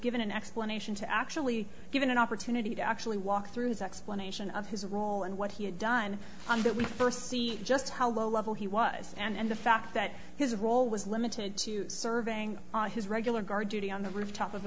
given an explanation to actually given an opportunity to actually walk through the explanation of his role and what he had done on that we first see just how low level he was and the fact that his role was limited to serving on his regular guard duty on the rooftop of